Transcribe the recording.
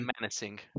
menacing